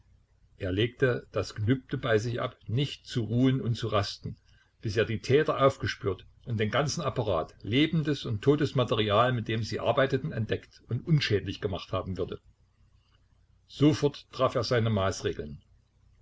er legte das gelübde bei sich ab nicht zu ruhen und zu rasten bis er die täter aufgespürt und den ganzen apparat lebendes und totes material mit dem sie arbeiteten entdeckt und unschädlich gemacht haben würde sofort traf er seine maßregeln